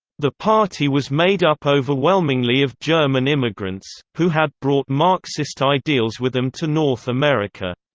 the party was made up overwhelmingly of german immigrants, who had brought marxist ideals with them to north america.